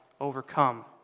overcome